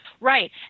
right